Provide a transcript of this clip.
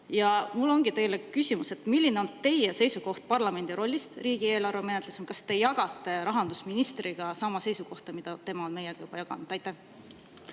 mul ongi teile küsimus, et milline on teie seisukoht parlamendi rollist riigieelarve menetlemisel? Kas te jagate rahandusministriga sama seisukohta, mida tema on meiega juba jaganud? Aitäh!